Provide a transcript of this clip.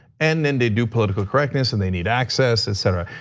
and then they do political correctness and they need access, etc.